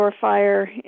Fire